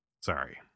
Sorry